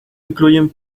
incluyen